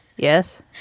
Yes